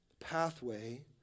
pathway